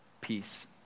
peace